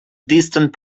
distant